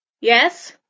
Yes